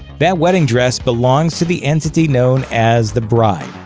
that wedding dress belongs to the entity known as the bride.